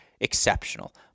exceptional